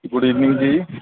good evening ਜੀ